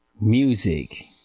music